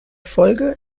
folge